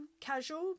casual